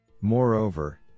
Moreover